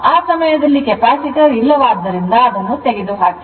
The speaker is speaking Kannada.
ಆ ಸಮಯದಲ್ಲಿ capacitor ಇಲ್ಲವಾದ್ದರಿಂದ ಅದನ್ನು ತೆಗೆದುಹಾಕಿ